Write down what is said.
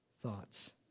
thoughts